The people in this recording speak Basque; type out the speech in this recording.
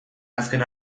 azken